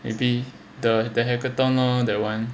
maybe the the hackathon lor that [one]